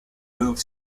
moved